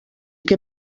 què